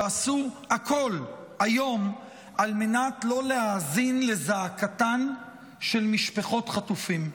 שעשו הכול היום על מנת שלא להאזין לזעקתן של משפחות החטופים.